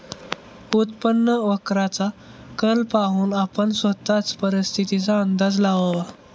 उत्पन्न वक्राचा कल पाहून आपण स्वतःच परिस्थितीचा अंदाज लावावा